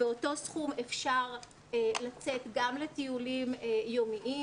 באותו סכום אפשר לצאת גם לטיולים יומיים